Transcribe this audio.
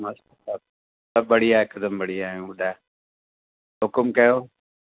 मस्तु मस्तु सभु बढ़िया आहे हिकदमि बढ़िया आहियूं ॿुधाए हुकुम कयो